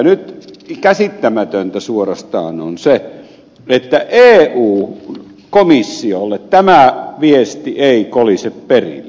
nyt käsittämätöntä suorastaan on se että eu komissiolle tämä viesti ei kolise perille